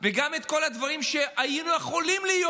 וגם את כל הדברים שהיו יכולים להיות